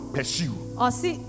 Pursue